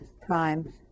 prime